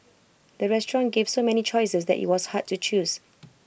the restaurant gave so many choices that IT was hard to choose